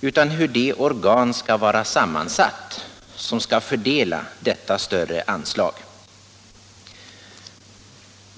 utan hur det organ skall vara sammansatt som skall fördela detta större anslag.